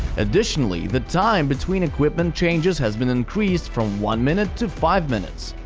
additionally, the time between equipment changes has been increased from one minute to five minutes.